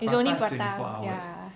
it's only prata ya